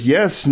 Yes